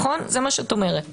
זה מה שאת אומרת.